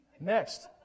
Next